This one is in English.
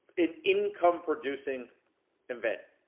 an income producing event.